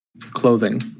clothing